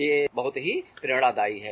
यह बहुत ही प्रेरणादायी है